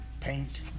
paint